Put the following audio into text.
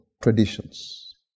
traditions